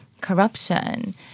corruption